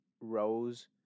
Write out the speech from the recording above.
rows